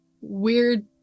weird